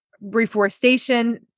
reforestation